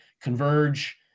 converge